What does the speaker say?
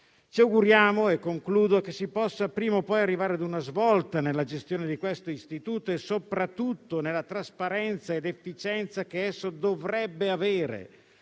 Ci auguriamo che si possa prima o poi arrivare a una svolta nella gestione di questo istituto e, soprattutto, nella trasparenza ed efficienza che esso dovrebbe avere.